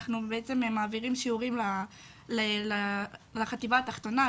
אנחנו בעצם מעבירים שיעורים לחטיבה התחתונה,